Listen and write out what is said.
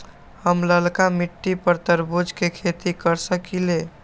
हम लालका मिट्टी पर तरबूज के खेती कर सकीले?